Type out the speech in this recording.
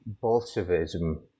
Bolshevism